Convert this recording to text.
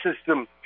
system